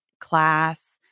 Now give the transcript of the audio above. class